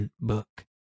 book